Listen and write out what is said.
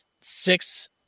six